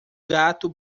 gato